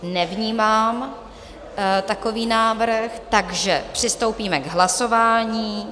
Nevnímám takový návrh, takže přistoupíme k hlasování.